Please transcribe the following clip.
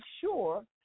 sure